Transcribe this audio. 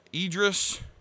Idris